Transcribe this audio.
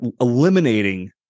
eliminating